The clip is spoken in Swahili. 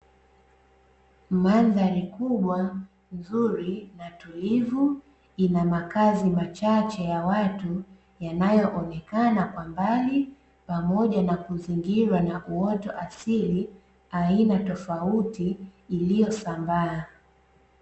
Mandhari kubwa nzuri na tulivu, ina makazi machache ya watu yanaonekana kwa mbali. Pamoja na kuzingirwa na uoto asili aina tofauti iliyosambaa.